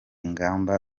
ngamba